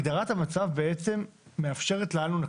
הגדרת המצב בעצם מאפשרת לנו,